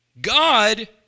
God